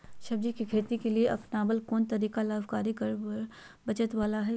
सब्जी के खेती के लिए अपनाबल कोन तरीका लाभकारी कर बचत बाला है?